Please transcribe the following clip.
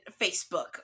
Facebook